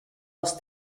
els